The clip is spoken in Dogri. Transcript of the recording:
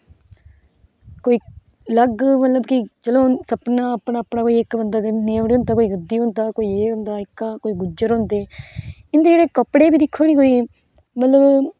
कोई अलग मतलब कि चलो सभनें दा अपना अपना इक कोई किश होंदा कोई गद्दी होंदा कोई गुजर होंदा इन्दे जेहडे़ कपडे़ दक्खो ना कोई मतलब